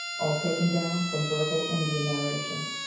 all taken down from verbal indian narration.